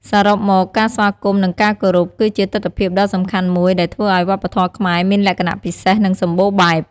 សរុបមក ការស្វាគមន៍ និងការគោរពគឺជាទិដ្ឋភាពដ៏សំខាន់មួយដែលធ្វើឱ្យវប្បធម៌ខ្មែរមានលក្ខណៈពិសេស និងសម្បូរបែប។